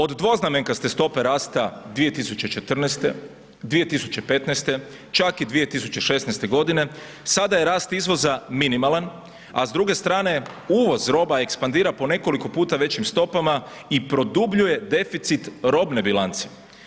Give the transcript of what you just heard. Od dvoznamenkaste stope rasta 2014., 2015., čak i 2016.g., sada je rast izvoza minimalan, a s druge strane uvoz roba ekspandira po nekoliko puta većim stopama i produbljuje deficit robne bilance.